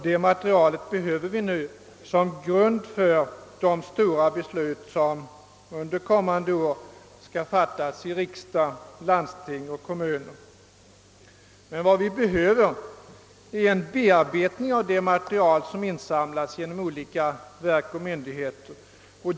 Detta material behöver vi nu som grund för de stora beslut, som under kommande år skall fattas i riksdag, landsting och kommuner. Vad vi behöver är en bearbetning av det material som insamlats genom olika verk och myndigheter.